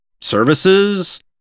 Services